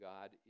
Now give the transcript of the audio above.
God